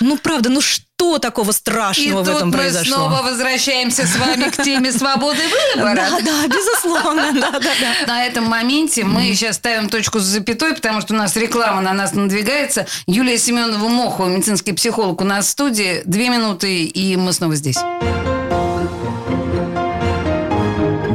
Ну, правда, ну что такого страшного И в этом тут мы произошло? снова возвращаемся с вами к теме свободы выбора. Да, да, безусловно, да, да, да. На этом моменте мы Мгм. сейчас ставим точку с запятой, потому что у нас реклама на нас надвигается. Юлия Семенова-Мохова, медицинский психолог, у нас в студии. Две минуты, и мы снова здесь.